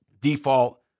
default